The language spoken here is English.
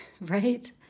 right